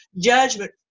judgment